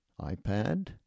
iPad